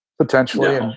Potentially